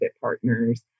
partners